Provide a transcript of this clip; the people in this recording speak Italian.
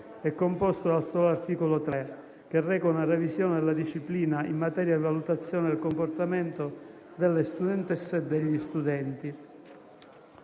è composto del solo articolo 3, che reca una revisione della disciplina in materia di valutazione del comportamento delle studentesse e degli studenti.